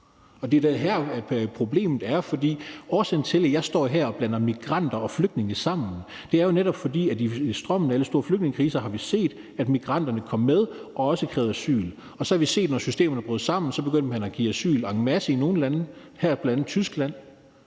Det er da her, problemet er, fordi årsagen til, at jeg står her og blander migranter og flygtninge sammen, er jo netop, at i strømmen af alle store flygtningekrise har vi set, at migranterne kom med og også krævede asyl. Og så vi set, at når systemerne brød sammen, begyndte man at give asyl en masse i nogle lande, bl.a. Tyskland,